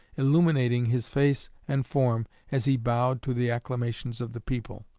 illuminating his face and form as he bowed to the acclamations of the people.